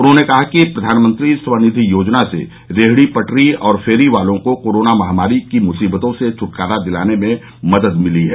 उन्होंने कहा कि प्रधानमंत्री स्व निधि योजना से रेहड़ी पटरी और फेरी वालों को कोरोना महामारी की मुसीबतों से छटकारा दिलाने में मदद मिली है